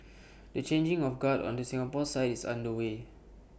the changing of guard on the Singapore side is underway